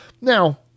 Now